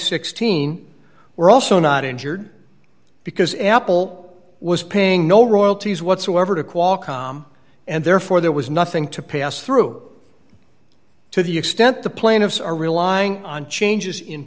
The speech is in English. sixteen were also not injured because apple was paying no royalties whatsoever to qualcomm and therefore there was nothing to pass through to the extent the plaintiffs are relying on changes in